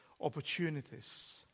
opportunities